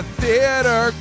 theater